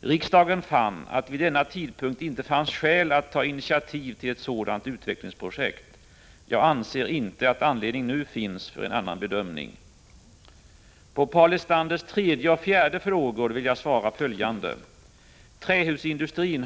Riksdagen fann att det vid denna tidpunkt inte fanns skäl att ta initiativ till ett sådant utvecklingsprojekt. Jag anser inte att anledning nu finns för en annan bedömning. På Paul Lestanders tredje och fjärde fråga vill jag svara följande. Trähusindustrin